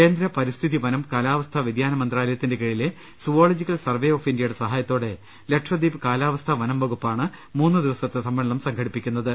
കേന്ദ്ര പരിസ്ഥിതി വനം കാലാവസ്ഥാ വൃതിയാന മന്ത്രാലയത്തിന്റെ കീഴിലെ സുവോളജിക്കൽ സർവ്വെ ഓഫ് ഇന്ത്യയുടെ സഹായത്തോടെ ലക്ഷദ്ധീപ് കാലാവസ്ഥാ വനംവകുപ്പാണ് മൂന്നു ദിവസത്തെ സമ്മേളനം സംഘടിപ്പിക്കുന്ന ത്